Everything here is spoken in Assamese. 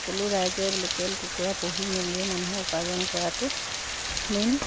সকলো ৰাইজে লোকেল কুকুৰা পুহি মেলিয়ে মানুহৰ উপাৰ্জন কৰাটো মেইন